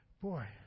boy